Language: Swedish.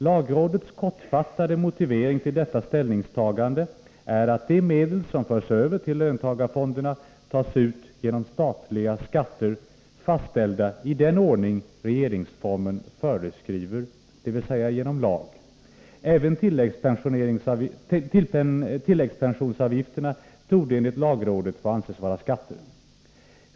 Lagrådets kortfattade motivering till detta ställningstagande är att de medel som förs över till löntagarfonderna tas ut genom statliga skatter, fastställda i den ordning regeringsformen föreskriver, dvs. genom lag; även tilläggspensionsavgifter torde enligt lagrådet få anses vara skatter.